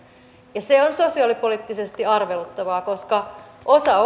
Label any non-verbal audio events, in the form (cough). se on sosiaalipoliittisesti arveluttavaa koska osa (unintelligible)